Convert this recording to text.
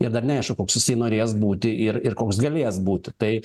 ir dar neaišku koks jisai norės būti ir ir koks galės būti tai